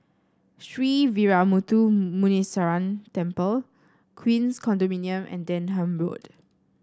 Sree Veeramuthu Muneeswaran Temple Queens Condominium and Denham Road